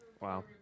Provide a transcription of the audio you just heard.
Wow